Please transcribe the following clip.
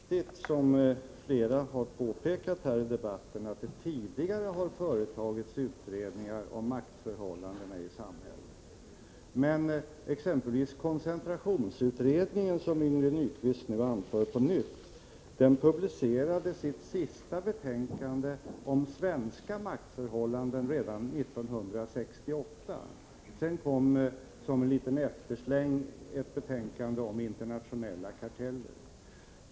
Herr talman! Det är riktigt, som flera har påpekat här i debatten, att det tidigare har företagits utredningar om maktförhållandena i samhället. Men exempelvis koncentrationsutredningen, som Yngve Nyquist nu anför på nytt, publicerade sitt sista betänkande om svenska maktförhållanden redan 1968. Sedan kom som en liten eftersläng ett betänkande om internationella karteller.